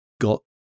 got